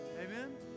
amen